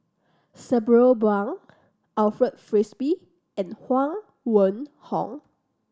Sabri Buang Alfred Frisby and Huang Wenhong